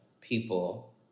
people